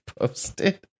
posted